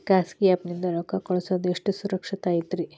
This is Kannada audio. ಖಾಸಗಿ ಆ್ಯಪ್ ನಿಂದ ರೊಕ್ಕ ಕಳ್ಸೋದು ಎಷ್ಟ ಸುರಕ್ಷತಾ ಐತ್ರಿ?